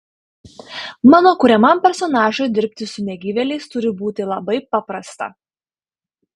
mano kuriamam personažui dirbti su negyvėliais turi būti labai paprasta